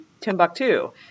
Timbuktu